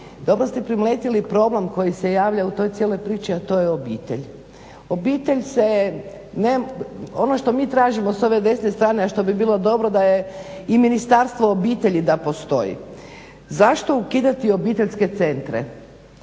Dobro ste primijetili problem koji se javlja u toj cijeloj priči, a to je obitelj. Obitelj se, ono što mi tražimo s ove desne strane a što bi bilo dobro da je i Ministarstvo obitelji da postoji. Zašto ukidati obiteljske centre?